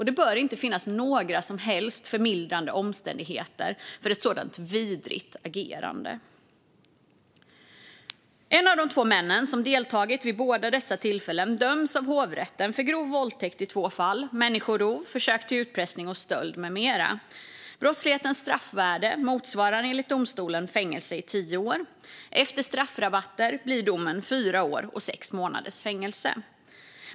Det bör inte finnas några som helst förmildrande omständigheter för ett sådant vidrigt agerande. En av de två män som deltagit vid båda dessa tillfällen döms av hovrätten för grov våldtäkt i två fall, människorov, försök till utpressning och stöld med mera. Brottslighetens straffvärde motsvarar enligt domstolen fängelse i tio år. Efter straffrabatter blir domen fängelse i fyra år och sex månader.